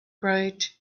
bright